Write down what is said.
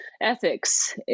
ethics